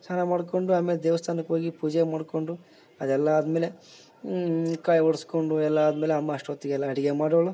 ಸ್ನಾನ ಮಾಡ್ಕೊಂಡು ಆಮೇಲೆ ದೇವ್ಸ್ತಾನಕ್ಕೆ ಹೋಗಿ ಪೂಜೆ ಮಾಡಿಕೊಂಡು ಅದೆಲ್ಲ ಆದ ಮೇಲೆ ಕಾಯಿ ಹೊಡ್ಸ್ಕೊಂಡು ಎಲ್ಲ ಆದ ಮೇಲೆ ಅಮ್ಮ ಅಷ್ಟೊತ್ತಿಗೆ ಎಲ್ಲ ಅಡುಗೆ ಮಾಡೋಳು